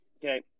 Okay